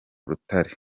rutare